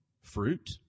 fruit